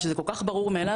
שזה כל כך ברור מאליו,